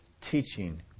teaching